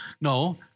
No